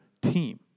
team